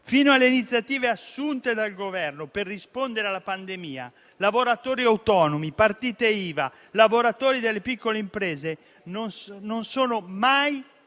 - non dimentichiamocelo - assunte dal Governo per rispondere alla pandemia: lavoratori autonomi, partite IVA, lavoratori delle piccole imprese non sono mai